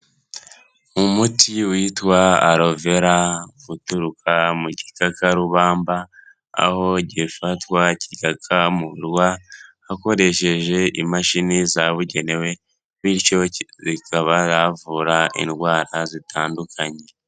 Umuti witwa alovera uturuka mu gikakarubamba aho gifatwa kigakamurwa hakoreshejwe imashini zabugenewe bityo bikabavura indwara zitandukanye.